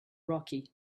rocky